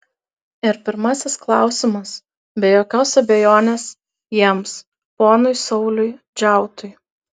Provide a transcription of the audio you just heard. ir pirmasis klausimas be jokios abejonės jiems ponui sauliui džiautui